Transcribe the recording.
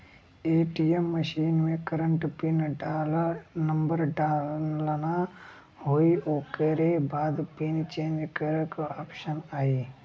ATM machine में current pin number डालना होई ओकरे बाद पिन चेंज करे क ऑप्शन आई